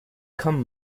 come